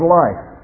life